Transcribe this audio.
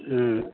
হুম